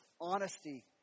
honesty